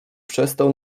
przestał